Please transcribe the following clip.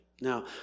Now